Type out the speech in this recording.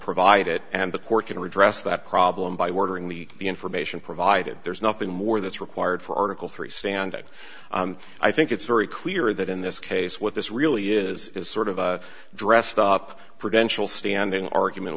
provide it and the court can redress that problem by ordering the information provided there's nothing more that's required for article three standing i think it's very clear that in this case what this really is is sort of a dressed up for eventually standing argument